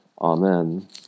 Amen